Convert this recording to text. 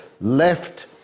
left